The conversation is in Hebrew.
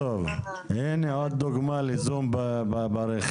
הנה עוד דוגמה ל-זום ברכב.